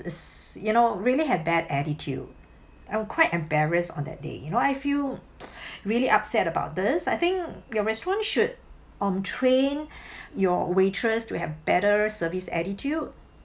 is you know really have bad attitude I'm quite embarrassed on that day you know I feel really upset about this I think your restaurant should um train your waitress to have better service attitude